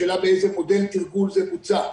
השאלה באיזה מודל תרגול זה בוצע.